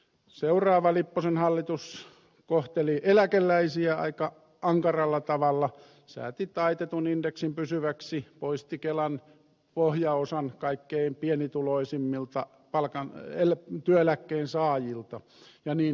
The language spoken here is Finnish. seuraava lipposen hallitus kohteli eläkeläisiä aika ankaralla tavalla sääti taitetun indeksin pysyväksi poisti kelan pohjaosan kaikkein pienituloisimmilta työeläkkeensaajilta ja niin edelleen